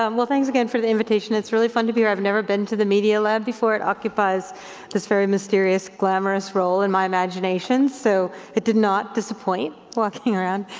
um well, thanks again for the invitation. it's really fun to be here. i've never been to the media lab before. it occupies this very mysterious, glamorous role in my imagination so it did not disappoint walking around.